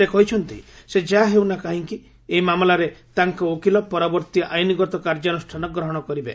ସେ କହିଛନ୍ତି ସେ ଯାହାହେଉନା କାହିଁକି ଏହି ମାମଲାରେ ତାଙ୍କ ଓକିଲ ପରବର୍ତ୍ତୀ ଆଇନଗତ କାର୍ଯ୍ୟାନୁଷ୍ଠାନ ଗ୍ରହଣ କରିବେ